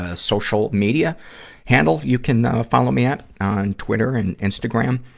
ah social media handle you can, ah, follow me at on twitter and instagram.